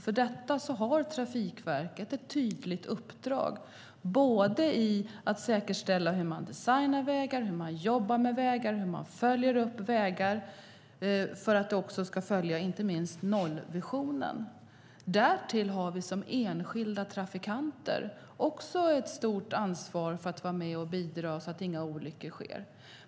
För detta har Trafikverket ett tydligt uppdrag när det gäller att säkerställa hur man designar vägar, hur man jobbar med vägar och hur man följer upp vägar för att följa inte minst nollvisionen. Därtill har vi som enskilda trafikanter ett stort ansvar för att vara med och bidra så att inga olyckor sker.